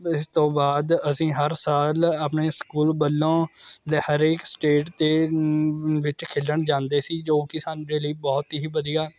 ਇਸ ਤੋਂ ਬਾਅਦ ਅਸੀਂ ਹਰ ਸਾਲ ਆਪਣੇ ਸਕੂਲ ਵੱਲੋਂ ਦ ਹਰੇਕ ਸਟੇਟ 'ਚ ਵਿੱਚ ਖੇਡਣ ਜਾਂਦੇ ਸੀ ਜੋ ਕਿ ਸਾਡੇ ਲਈ ਬਹੁਤ ਹੀ ਵਧੀਆ